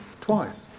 twice